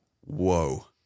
Whoa